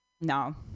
No